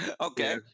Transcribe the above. Okay